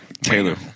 Taylor